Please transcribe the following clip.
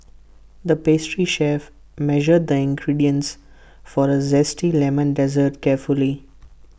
the pastry chef measured the ingredients for A Zesty Lemon Dessert carefully